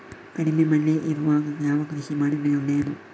ಕಡಿಮೆ ಮಳೆ ಇರುವಾಗ ಯಾವ ಕೃಷಿ ಮಾಡಿದರೆ ಒಳ್ಳೆಯದು?